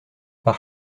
par